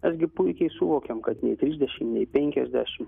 mes gi puikiai suvokiame kad nei trisedšimt nei penkiasdešimt